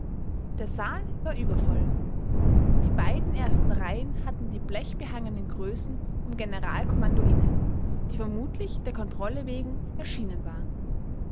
der saal war übervoll die beiden ersten reihen hatten die blechbehangenen größen vom generalkommando inne die vermutlich der kontrolle wegen erschienen waren